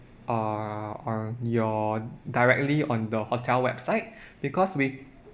uh on your directly on the hotel website because we